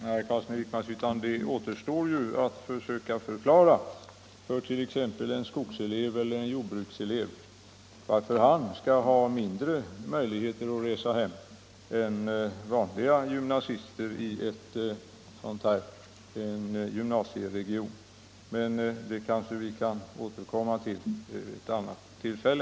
Nr 83 Herr talman! Det återstår ju, herr Carlsson i Vikmanshyttan, att försöka Tisdagen den förklara fört.ex. en skogsskoleelev eller en jordbruksskoleelev som måste 20 maj 1975 resa till en grannkommun varför han eller hon skall ha mindre möjligheter att resa hem än vanliga gymnasister i en gymnasieregion. Men det kanske — Vuxenutbildningen, vi kan återkomma till vid ett annat tillfälle.